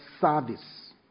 service